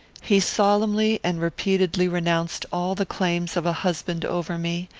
he solemnly and repeatedly renounced all the claims of a husband over me,